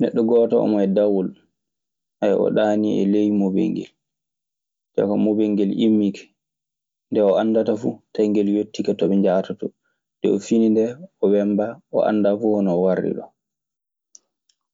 Neɗɗo gooto omo e dawol. O ɗaani e ley mobel ngel. Ewa, mobel ngel immike. Nde o anndata fuu, tawi ngel yettike to ɓe njahata too. Nde o fini ndee o wembaa, o anndaa fuu hono o warri ɗoo.